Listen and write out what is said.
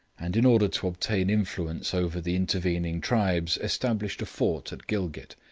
and in order to obtain influence over the intervening tribes established a fort at gilgit,